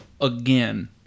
again